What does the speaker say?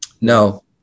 No